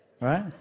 right